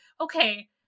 okay